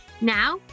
Now